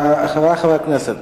חברי חברי הכנסת,